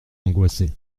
angoissé